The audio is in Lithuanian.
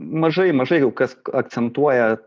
mažai mažai kas akcentuoja